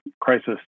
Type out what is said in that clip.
crisis